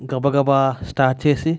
గబగబా స్టార్ట్ చేసి